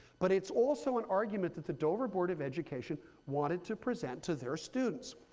but it's also an argument that the dover board of education wanted to present to their students.